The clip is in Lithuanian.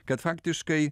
kad faktiškai